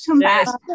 Yes